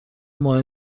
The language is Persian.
مهم